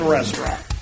Restaurant